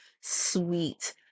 sweet